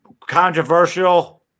controversial